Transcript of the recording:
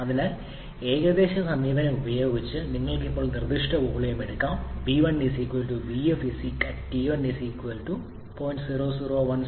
അതിനാൽ ഏകദേശ സമീപനം ഉപയോഗിച്ച് നമ്മൾ നിർദ്ദിഷ്ട വോളിയം എടുക്കുന്നു v1 vf 0